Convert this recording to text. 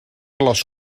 les